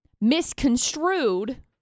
misconstrued